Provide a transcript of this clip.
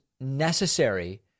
necessary